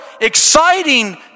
exciting